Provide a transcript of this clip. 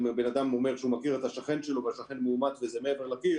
אם בן אדם שהוא מכיר את השכן שלו והשכן מאומץ וזה מעבר לקיר,